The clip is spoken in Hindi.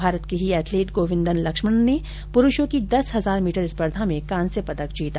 भारत के ही एथलीट गोविन्दन लक्ष्मणन ने पुरूषो की दस हजार मीटर स्पर्धा में कांस्य पदक जीता